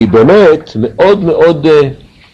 ‫היא באמת מאוד מאוד אה,...